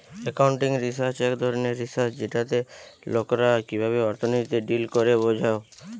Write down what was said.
accounting research এক ধরণের research যেটাতে লোকরা কিভাবে অর্থনীতিতে ডিল করে বোঝা